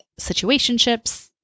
situationships